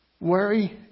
Worry